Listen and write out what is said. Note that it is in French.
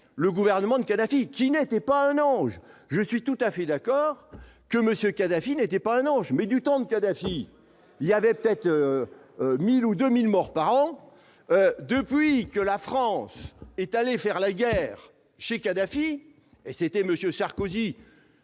le gouvernement de Kadhafi qui n'était pas un ange, je suis tout à fait d'accord que Monsieur Kadhafi n'était pas un ange, mais du temps de Kadhafi il y avait peut-être 1000 ou 2 1000 morts par an, depuis que la France est allé faire la guerre chez Kadhafi et c'était Monsieur Sarkozy.